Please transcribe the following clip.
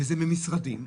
וזה ממשרדים,